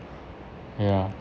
ya